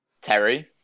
Terry